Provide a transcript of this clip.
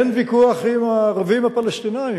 אין ויכוח עם הערבים הפלסטינים,